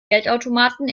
geldautomaten